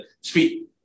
speed